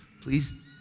please